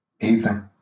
Evening